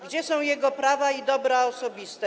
Gdzie są jego prawa i dobra osobiste?